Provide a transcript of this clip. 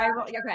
okay